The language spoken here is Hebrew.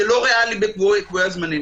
זה לא ריאלי בקבועי הזמנים.